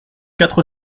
quatre